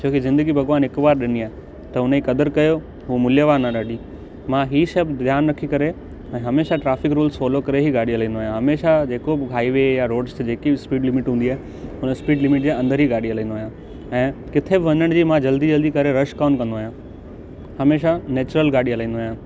छो की ज़िंदगी भॻवान हिकु बार ॾिनी आहे त हुनजी कदरु कयो हो मूल्यवान आहे ॾाढी मां हीअ शब्द ध्यानु रखी करे ऐं हमेशह ट्रैफ़िक रूल्स फॉलो करे ही गाॾी हलाईंदो आहियां हमेशा जेको बि हाइवे या रोड्स ते जेकी बि स्पीड लिमीट हूंदी आहे उन स्पीड लिमीट जे अंदरि ई गाॾी हलाईंदो आहियां ऐं किथे बि वञण जी मां जल्दी जल्दी करे रश कोन्ह कंदो आहियां हमेशह नैचुरल गाॾी हलाईंदो आहियां